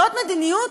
זאת מדיניות?